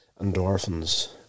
endorphins